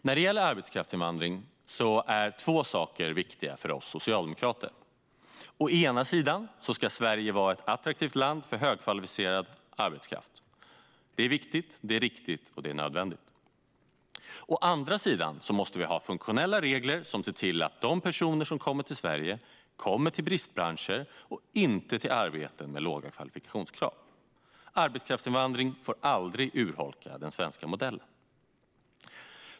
När det gäller arbetskraftsinvandring är två saker viktiga för oss socialdemokrater. Å ena sidan ska Sverige vara ett attraktivt land för högkvalificerad arbetskraft. Det är viktigt, det är riktigt och det är nödvändigt. Å andra sidan måste vi ha funktionella regler som ser till att de personer som kommer till Sverige kommer till bristbranscher och inte till arbeten med låga kvalifikationskrav. Arbetskraftsinvandring får aldrig urholka den svenska modellen.